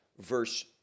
verse